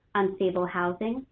unstable housing,